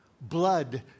Blood